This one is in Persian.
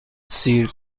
سیر